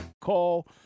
Call